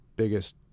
biggest